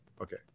okay